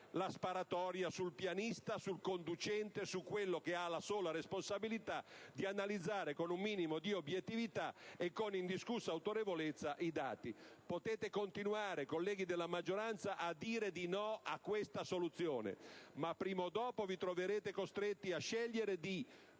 la sparatoria sul pianista, sul conducente, su quello che ha la sola responsabilità di analizzare con un minimo di obiettività e con indiscussa autorevolezza i dati. Potete continuare, colleghi della maggioranza, a dire di no a questa soluzione, ma prima o dopo vi troverete costretti a scegliere,